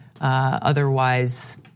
Otherwise